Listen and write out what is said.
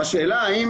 בשאלה האם